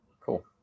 cool